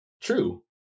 True